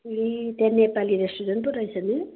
ए त्यहाँ नेपाली रेस्टुरेन्ट पो रहेछ नि